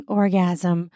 orgasm